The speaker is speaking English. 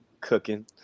cooking